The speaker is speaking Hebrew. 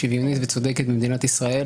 שוויונית וצודקת במדינת ישראל,